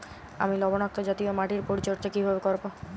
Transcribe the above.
আমি লবণাক্ত জাতীয় মাটির পরিচর্যা কিভাবে করব?